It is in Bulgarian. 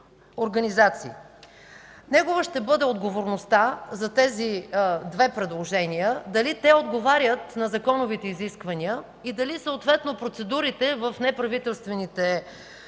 Негова ще бъде отговорността за тези две предложения – дали те отговарят на законовите изисквания, и дали съответно процедурите в неправителствените организации